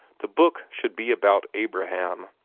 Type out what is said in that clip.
the book should be about abraham!